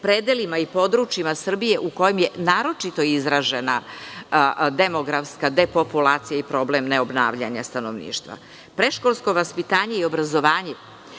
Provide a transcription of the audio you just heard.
predelima i područjima Srbije u kojim je naročito izražena demografska depopulacija i problem neobnavljanja stanovništva. Predškolsko vaspitanje i obrazovanje